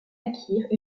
acquièrent